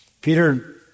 Peter